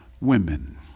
women